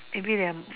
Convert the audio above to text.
maybe I am